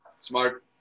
Smart